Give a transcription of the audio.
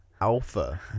alpha